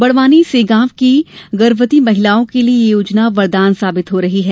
बड़वानी के सेगांव की गर्भवती महिलाओं के लिए ये योजना वरदान साबित हो रही है